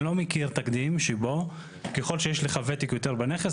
אני לא מכיר תקדים שבו ככל שיש לך ותק יותר בנכס,